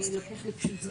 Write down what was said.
צריכים להיות שש.